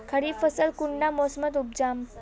खरीफ फसल कुंडा मोसमोत उपजाम?